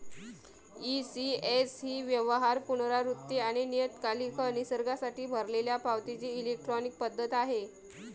ECS ही व्यवहार, पुनरावृत्ती आणि नियतकालिक निसर्गासाठी भरलेल्या पावतीची इलेक्ट्रॉनिक पद्धत आहे